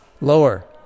Lower